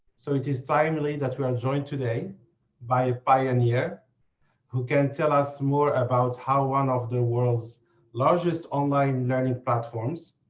so it is timely that we are joined today by a pioneer, who can tell us more about how one of the world's largest online learning platforms,